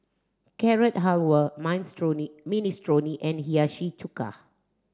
Carrot Halwa Minestrone Ministrone and Hiyashi Chuka